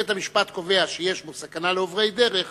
אם בית-המשפט קובע שיש בו סכנה לעוברי דרך,